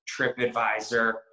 TripAdvisor